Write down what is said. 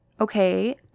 Okay